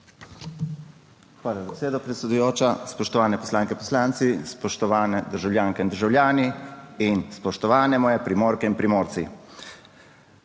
Hvala za besedo, predsedujoča. Spoštovani poslanke in poslanci, spoštovani državljanke in državljani in spoštovani moje Primorke in Primorci!